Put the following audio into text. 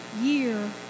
year